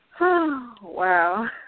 Wow